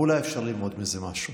ואולי אפשר ללמוד מזה משהו: